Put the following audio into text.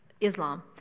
Islam